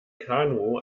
kanu